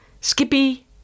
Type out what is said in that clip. Skippy